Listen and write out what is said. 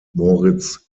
moritz